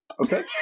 Okay